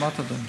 לא שמעת, אדוני.